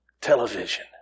television